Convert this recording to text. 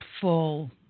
Full